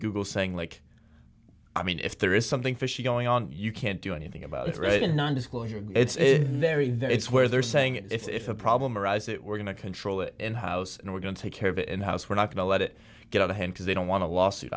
google saying like i mean if there is something fishy going on you can't do anything about it right in non disclosure it's very it's where they're saying if a problem arise it we're going to control it in house and we're going to take care of it in the house we're not going to let it get out of hand because they don't want to lawsuit